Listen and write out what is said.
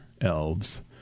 elves